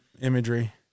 imagery